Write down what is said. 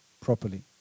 properly